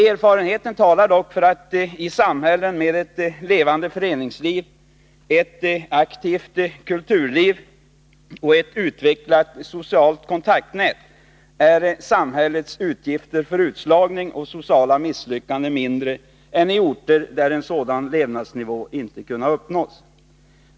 Erfarenheten talar för att samhällets utgifter för utslagning och sociala misslyckanden i samhällen med ett levande föreningsliv, ett aktivt kulturliv och ett utvecklat socialt kontaktnät är mindre än i orter där en sådan levnadsnivå inte kunnat uppnås.